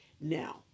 Now